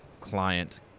client